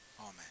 amen